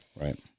Right